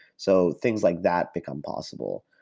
so things like that become possible.